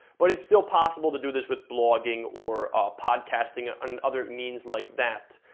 but it's still possible to do this with blogging or podcasting, ah and other means like that.